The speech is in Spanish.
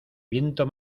viento